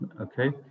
Okay